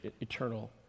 eternal